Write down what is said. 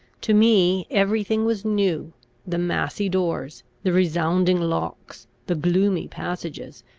to me every thing was new the massy doors, the resounding locks, the gloomy passages,